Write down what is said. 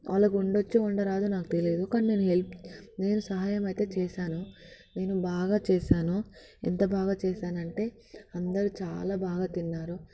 వాళ్లకు వంట వచ్చో వంటరాదో నాకు తెలియదు కానీ నేను హెల్ప్ నేను సహాయం అయితే చేశాను నేను బాగా చేశాను ఎంత బాగా చేశానంటే అందరూ చాలా బాగా తిన్నారు